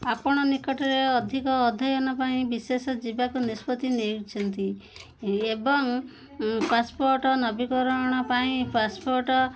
ଆପଣ ନିକଟରେ ଅଧିକ ଅଧ୍ୟୟନ ପାଇଁ ବିଶେଷ ଯିବାକୁ ନିଷ୍ପତ୍ତି ନେଉଛନ୍ତି ଏବଂ ପାସ୍ପୋର୍ଟ ନବୀକରଣ ପାଇଁ ପାସ୍ପୋର୍ଟ